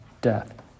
death